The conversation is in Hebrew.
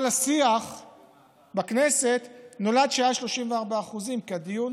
כל השיח בכנסת נולד כשזה היה 34%, כי הדיון